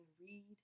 read